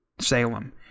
Salem